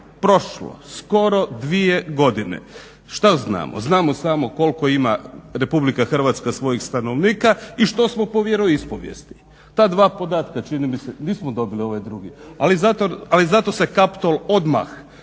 prošlo skoro dvije godine. Što znamo? Znamo samo koliko ima RH svojih stanovnika i što smo po vjeroispovijesti. Ta dva podatka čini mi se, nismo dobili ovaj drugi? Ali zato se Kaptol odmah